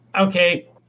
Okay